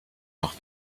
noch